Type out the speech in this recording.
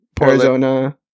Arizona